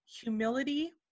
Humility